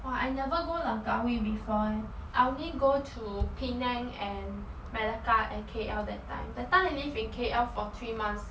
!wah! I never go langkawi before eh I only go to penang and melaka and K_L that time that time I live in K_L for three months